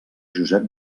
josep